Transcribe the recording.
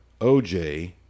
OJ